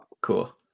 cool